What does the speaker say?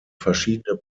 verschiedene